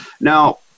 Now